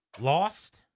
lost